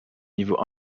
niveau